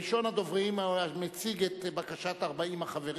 ראשון הדוברים המציג את בקשת 40 החברים